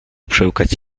przełykać